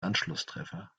anschlusstreffer